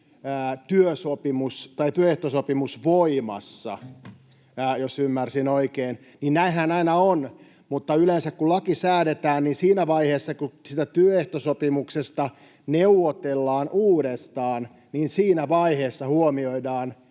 on joku työehtosopimus voimassa — jos ymmärsin oikein. Näinhän aina on, mutta yleensä kun laki säädetään, niin siinä vaiheessa, kun siitä työehtosopimuksesta neuvotellaan uudestaan, huomioidaan